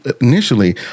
initially